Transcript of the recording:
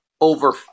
over